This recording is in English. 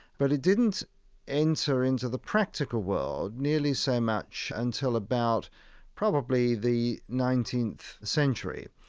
but it didn't enter into the practical world nearly so much until about probably the nineteenth century.